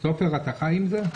סופר, אתה חי עם זה?